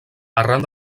arran